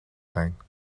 zijn